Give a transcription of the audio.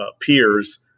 peers